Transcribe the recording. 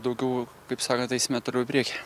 daugiau kaip sakant eisime toliau į priekį